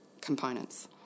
components